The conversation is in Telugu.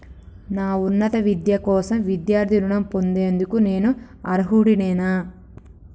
నా ఉన్నత విద్య కోసం విద్యార్థి రుణం పొందేందుకు నేను అర్హుడినేనా?